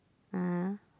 uh